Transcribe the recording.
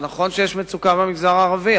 זה נכון שיש מצוקה במגזר הערבי,